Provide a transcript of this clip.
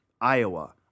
Iowa